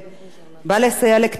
בא לסייע לקטינים הרבים,